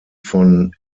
von